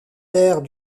terres